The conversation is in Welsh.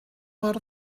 mor